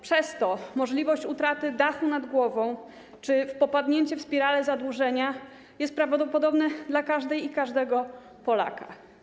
Przez to możliwość utraty dachu nad głową czy popadnięcie w spiralę zadłużenia jest prawdopodobne dla każdej Polki i każdego Polaka.